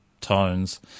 tones